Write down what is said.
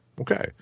Okay